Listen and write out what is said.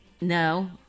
No